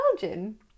Belgian